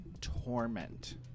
torment